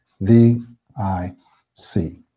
V-I-C